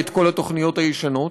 כאשר מעסיק,